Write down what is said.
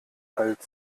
halt